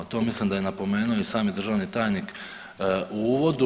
To mislim da je napomenuo i sami državni tajnik u uvodu.